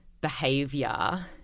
behavior